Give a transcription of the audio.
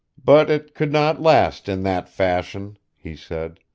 but it could not last, in that fashion, he said.